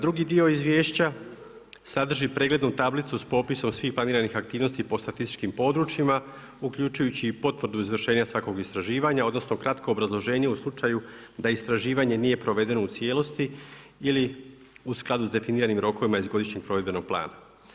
Drugi dio izvješća, sadrži preglednu tablicu s popisom svih planiranih aktivnosti po statističkim područjima uključujući i potvrdu izvršenja svakog istraživanja, odnosno kratko obrazloženje u slučaju da istraživanje nije provedeno u cijelosti ili u skladu s definiranim rokovima iz godišnjeg provedbenog plana.